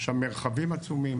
יש שם מרחבים עצומים.